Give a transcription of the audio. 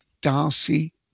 Darcy